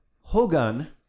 Hogan